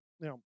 Now